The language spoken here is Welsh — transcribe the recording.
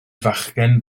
fachgen